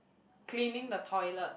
cleaning the toilet